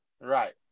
Right